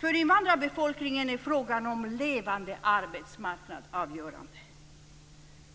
För invandrarbefolkningen är frågan om en levande arbetsmarknad avgörande.